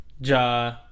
Ja